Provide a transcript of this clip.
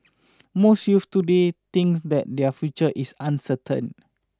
most youths today thinks that their future is uncertain